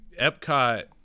Epcot